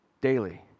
daily